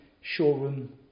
showroom